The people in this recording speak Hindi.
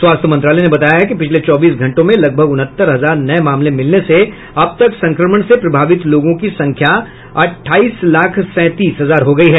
स्वास्थ्य मंत्रालय ने बताया है कि पिछले चौबीस घंटों में लगभग उनहत्तर हजार नये मामले मिलने से अब तक संक्रमण से प्रभावित लोगों की संख्या लगभग अठाईस लाख सैंतीस हजार हो गई है